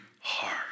heart